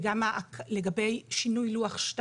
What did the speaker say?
וגם לגבי שינוי לוח2,